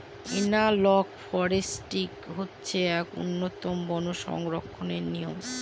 analogue forestry হচ্ছে এক উন্নতম বন সংরক্ষণের নিয়ম